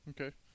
Okay